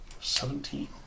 Seventeen